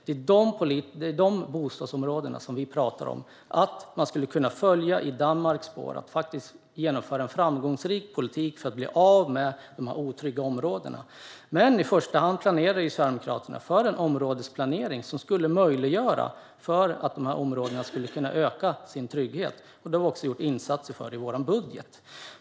Det är i de bostadsområdena vi talar om att man skulle kunna gå i Danmarks spår och genomföra en framgångsrik politik för att bli av med dessa otrygga områden. I första hand planerar dock Sverigedemokraterna för en områdesplanering som skulle möjliggöra för dessa områden att öka sin trygghet. Det har vi också gjort insatser för i vår budget.